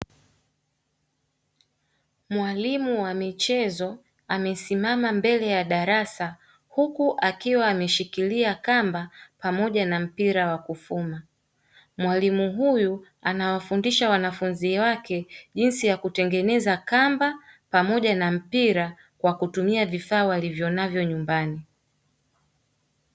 Mwalimu wa michezo amesimama mbele ya darasa huku akiwa ameshikilia kamba pamoja na mpira wa kufuma. Mwalimu huyu anawafundisha wanafunzi wake jinsi ya kutengeneza kamba pamoja na mpira kwa kutumia vifaa walivyonavyo nyumbani.